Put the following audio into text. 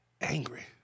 angry